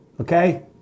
okay